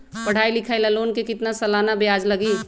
पढाई लिखाई ला लोन के कितना सालाना ब्याज लगी?